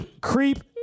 Creep